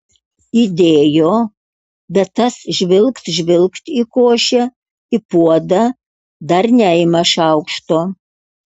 įdėjo bet tas žvilgt žvilgt į košę į puodą dar neima šaukšto